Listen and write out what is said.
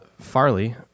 Farley